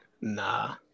Nah